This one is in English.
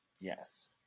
Yes